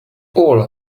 all